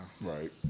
Right